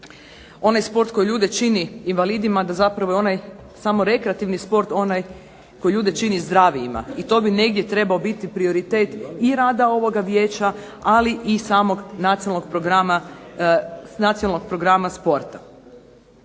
onaj sport koji ljude čini invalidima, a da zapravo je onaj samo rekreativni sport onaj koji ljude čini zdravijima. I to bi negdje trebao biti prioritet i rada ovoga vijeća, ali i samog Nacionalnog programa sporta.